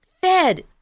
fed